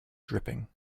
dripping